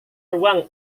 ruang